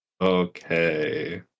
Okay